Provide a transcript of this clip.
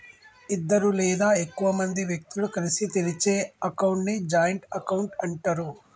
ఇద్దరు లేదా ఎక్కువ మంది వ్యక్తులు కలిసి తెరిచే అకౌంట్ ని జాయింట్ అకౌంట్ అంటరు